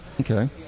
Okay